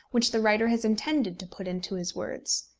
which the writer has intended to put into his words.